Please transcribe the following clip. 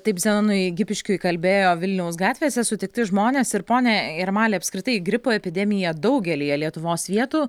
taip zenonui gipiškiui kalbėjo vilniaus gatvėse sutikti žmonės ir pone jarmali apskritai gripo epidemija daugelyje lietuvos vietų